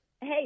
hey